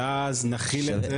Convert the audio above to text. ואז נחיל את זה,